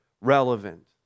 relevant